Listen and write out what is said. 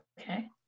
Okay